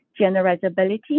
generalizability